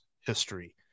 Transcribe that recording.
history